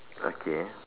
okay